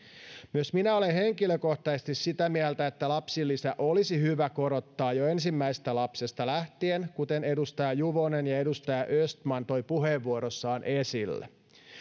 myös minä olen henkilökohtaisesti sitä mieltä että lapsilisää olisi hyvä korottaa jo ensimmäisestä lapsesta lähtien kuten edustaja juvonen ja edustaja östman toivat puheenvuoroissaan esille